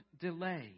delay